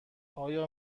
آیا